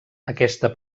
aquesta